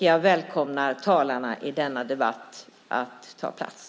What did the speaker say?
Jag välkomnar talarna i denna debatt att ta plats.